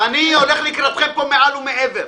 ואני הולך לקראתכם פה מעל ומעבר.